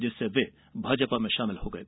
जिससे वे भाजपा में शामिल हो गये